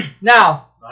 Now